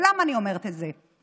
ולמה אני אומרת את זה?